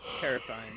Terrifying